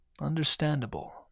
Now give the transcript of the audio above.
understandable